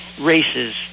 races